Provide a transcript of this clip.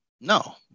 No